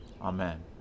Amen